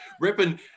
ripping